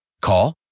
Call